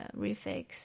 refix